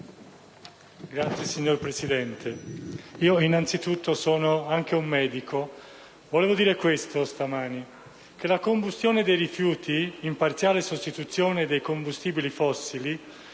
*(M5S)*. Signor Presidente, io innanzitutto sono anche un medico, e volevo evidenziare che la combustione dei rifiuti in parziale sostituzione dei combustibili fossili